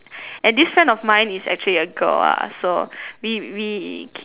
and this friend of mine it's actually a girl lah so we we